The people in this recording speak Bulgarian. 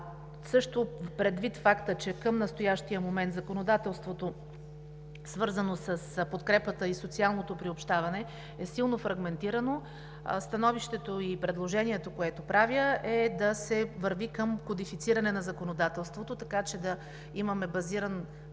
лв. Предвид факта, че към настоящия момент законодателството, свързано с подкрепата и социалното приобщаване, е силно фрагментирано, становището и предложението, което правя, е да се върви към кодифициране на законодателството, така че да имаме базиран